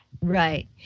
Right